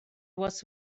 was